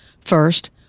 First